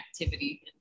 activity